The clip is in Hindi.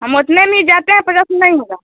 हम उतने में ही जाते हैं पचास में नहीं होगा